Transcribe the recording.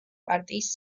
პარტიის